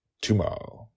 tomorrow